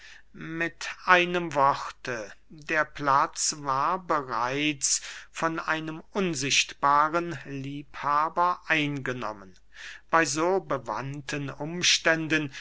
mit einem worte der platz war bereits von einem unsichtbaren liebhaber eingenommen bey so bewandten umständen